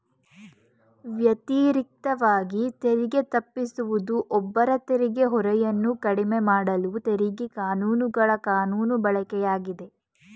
ವ್ಯತಿರಿಕ್ತವಾಗಿ ತೆರಿಗೆ ತಪ್ಪಿಸುವುದು ಒಬ್ಬರ ತೆರಿಗೆ ಹೊರೆಯನ್ನ ಕಡಿಮೆಮಾಡಲು ತೆರಿಗೆ ಕಾನೂನುಗಳ ಕಾನೂನು ಬಳಕೆಯಾಗಿದೆ